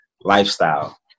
lifestyle